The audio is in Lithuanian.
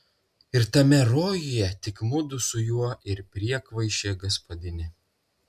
ir tame rojuje tik mudu su juo ir priekvaišė gaspadinė